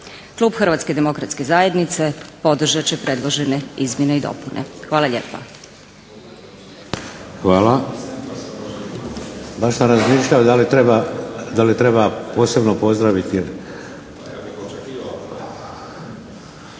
Klub Hrvatske demokratske zajednice podržat će predložene izmjene i dopune. Hvala lijepa. **Šeks, Vladimir (HDZ)** Hvala. Baš sam razmišljao da li treba posebno pozdraviti,